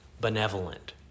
benevolent